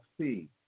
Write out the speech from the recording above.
see